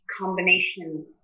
combination